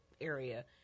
area